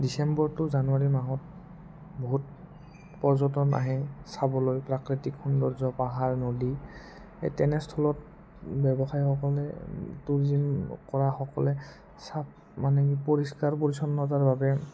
December to January মাহত বহুত পৰ্যটন আহে চাবলৈ প্ৰাকৃতিক সৌন্দৰ্য পাহাৰ নদী এই তেনেস্থলত ব্যৱসায়ীসকলে টুৰিজিম কৰা সকলে চাফ মানে পৰিষ্কাৰ পৰিচ্ছন্নতাৰ বাবে